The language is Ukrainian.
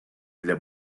для